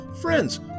friends